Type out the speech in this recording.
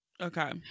Okay